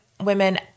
women